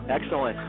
Excellent